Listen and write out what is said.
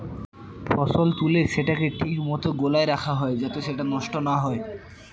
ফসল তুলে সেটাকে ঠিক মতো গোলায় রাখা হয় যাতে সেটা নষ্ট না হয়